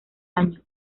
año